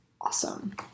awesome